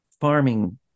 farming